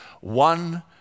One